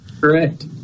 Correct